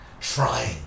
trying